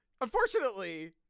unfortunately